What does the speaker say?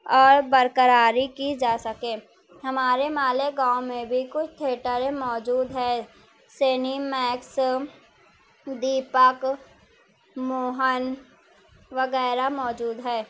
اور برقراری کی جا سکے ہمارے مالیگاؤں میں بھی کچھ تھیٹریں موجود ہیں سینی میکس دیپک موہن وغیرہ موجود ہیں